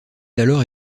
alors